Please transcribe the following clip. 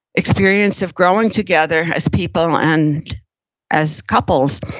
experience of growing together as people and as couples,